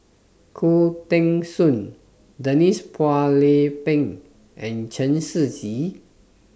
Khoo Teng Soon Denise Phua Lay Peng and Chen Shiji